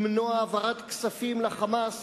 למנוע העברת כספים ל"חמאס".